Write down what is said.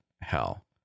hell